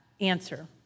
answer